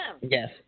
Yes